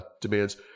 demands